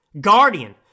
Guardian